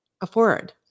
afford